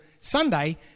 sunday